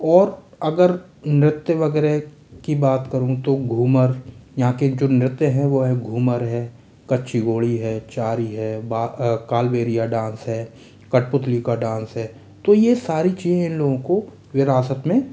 और अगर नृत्य वगैरह की बात करूँ तो घूमर यहाँ के जो नृत्य है वो है घूमर है कच्ची घोड़ी है चारी है कालबेलिया डांस है कठपुतली का डांस है तो ये सारी चीज़ें इन लोगों विरासत में